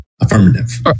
affirmative